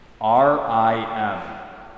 R-I-M